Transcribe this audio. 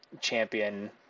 champion